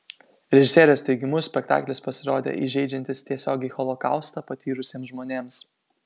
režisierės teigimu spektaklis pasirodė įžeidžiantis tiesiogiai holokaustą patyrusiems žmonėms